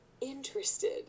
interested